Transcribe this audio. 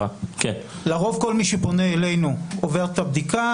לרוב כל מי שפונה אלינו עובר את הבדיקה,